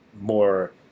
more